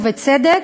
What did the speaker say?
ובצדק.